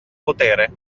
potere